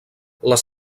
les